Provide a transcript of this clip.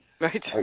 right